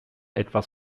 etwas